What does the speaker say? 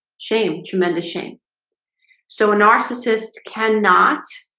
shame tremendous shame so a narcissist cannot